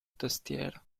tastiere